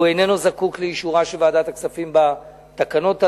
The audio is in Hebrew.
הוא איננו זקוק לאישורה של ועדת הכספים בתקנות הללו.